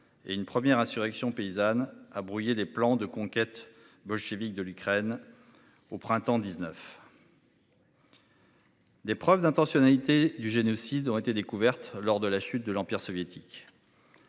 et une première insurrection paysanne à brouiller les plans de conquête bolchévique de l'Ukraine. Au printemps 19. Des preuves d'intentionnalité du génocide ont été découvertes lors de la chute de l'empire soviétique.